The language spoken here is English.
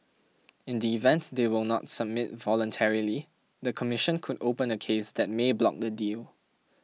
in the event they will not submit voluntarily the commission could open a case that may block the deal